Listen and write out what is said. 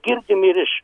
girdim ir iš